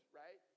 right